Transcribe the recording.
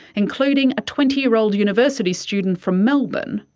including a twenty year old university student from melbourne,